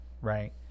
right